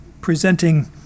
presenting